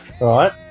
Right